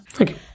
okay